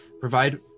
provide